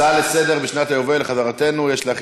הצעה לסדר: בשנת היובל לחזרתנו יש להחיל